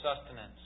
sustenance